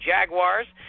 Jaguars